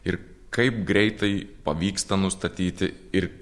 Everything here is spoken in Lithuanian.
ir kaip greitai pavyksta nustatyti ir